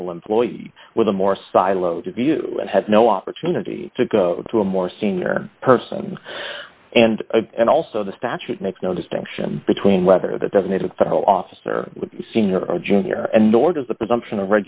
level employees with a more siloed view and had no opportunity to go to a more senior person and also the statute makes no distinction between whether that doesn't need a federal officer senior or junior and nor does the presumption of